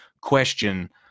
question